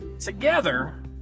Together